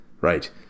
right